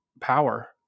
power